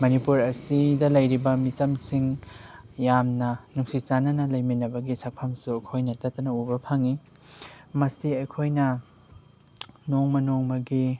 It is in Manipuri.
ꯃꯅꯤꯄꯨꯔ ꯑꯁꯤꯗ ꯂꯩꯔꯤꯕ ꯃꯤꯆꯝꯁꯤꯡ ꯌꯥꯝꯅ ꯅꯨꯡꯁꯤ ꯆꯥꯟꯅꯅ ꯂꯩꯃꯤꯟꯅꯕꯒꯤ ꯁꯛꯐꯝꯁꯨ ꯑꯩꯈꯣꯏꯅ ꯇꯠꯇꯅ ꯎꯕ ꯐꯪꯏ ꯃꯁꯤ ꯑꯩꯈꯣꯏꯅ ꯅꯣꯡꯃ ꯅꯣꯡꯃꯒꯤ